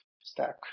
stack